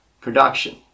production